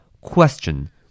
question